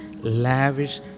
lavish